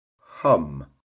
Hum